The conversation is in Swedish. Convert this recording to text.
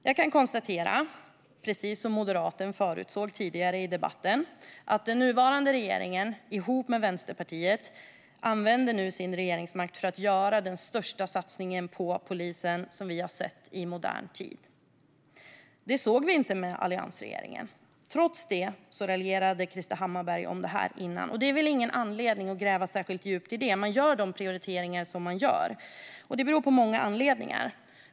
Jag kan konstatera, precis som moderaten förutsåg tidigare i debatten, att den nuvarande regeringen ihop med Vänsterpartiet nu använder sin regeringsmakt för att göra den största satsningen på polisen som vi har sett i modern tid. Det såg vi inte med alliansregeringen. Trots det raljerade Krister Hammarbergh om detta tidigare, och det finns väl ingen anledning att gräva särskilt djupt i det. Man gör de prioriteringar man gör, och det har många anledningar.